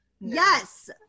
yes